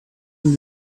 him